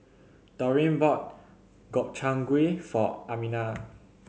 Dorene bought Gobchang Gui for Amina